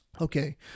okay